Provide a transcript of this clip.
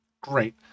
Great